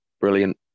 Brilliant